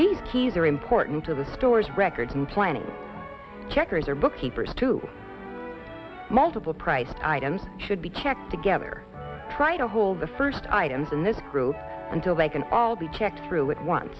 these keys are important to the store's records and plenty checkers are bookkeepers to multiple priced items should be checked together try to hold the first items in this group until they can all be checked through at once